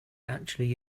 actually